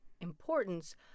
importance